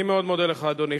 אני מאוד מודה לך, אדוני.